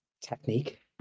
technique